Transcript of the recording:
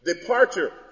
departure